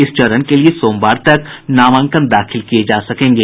इस चरण के लिये सोमवार तक नामांकन दाखिल किये जा सकेंगे